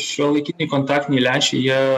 šiuolaikiniai kontaktiniai lęšiai jie